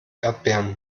erdbeeren